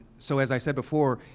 so, as i said before,